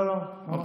לא, לא.